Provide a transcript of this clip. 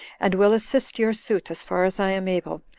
and will assist your suit as far as i am able,